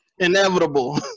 Inevitable